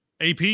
AP